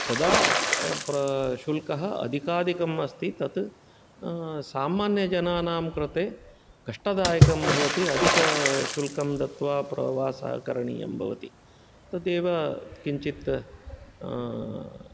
सदा शुल्कः अधिकाधिकम् अस्ति तत् सामान्यजनानां कृते कष्टदायकं भवति अधिकशुल्कं दत्त्वा प्रवासः करणीयं भवति तदेव किञ्चित्